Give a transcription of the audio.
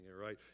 right